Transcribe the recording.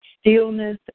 Stillness